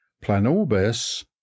Planorbis